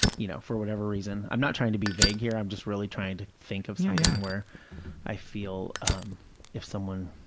you know, for whatever reason, i'm not trying to be vague here. i'm just really trying to think of something so yeah where i feel if someone,